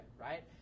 right